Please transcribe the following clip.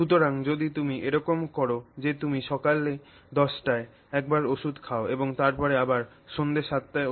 সুতরাং যদি তুমি এরকম কর যে তুমি সকালে 10 টায় একবার ওষুধ খাও এবং তারপরে আবার সন্ধ্যা 7 টায়